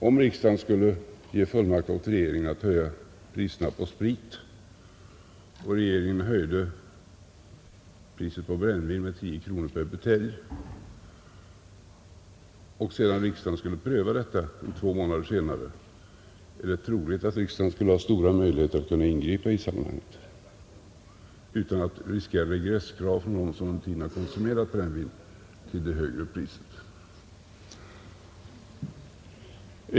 Om riksdagen skulle ge fullmakt åt regeringen att höja priserna på sprit och regeringen höjde priset på brännvin med 10 kronor per butelj och riksdagen skulle pröva detta två månader senare — är det då troligt att riksdagen skulle ha stora möjligheter att ingripa utan att riskera regresskrav från någon som under tiden konsumerat brännvin till det högre priset?